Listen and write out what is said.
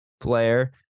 player